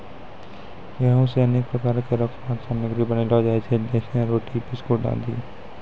गेंहू सें अनेक प्रकार केरो खाद्य सामग्री बनैलो जाय छै जैसें रोटी, बिस्कुट आदि